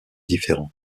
différents